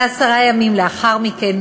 ועשרה ימים לאחר מכן,